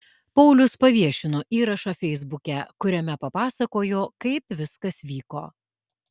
paulius paviešino įrašą feisbuke kuriame papasakojo kaip viskas vyko